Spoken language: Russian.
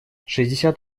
шестьдесят